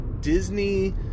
Disney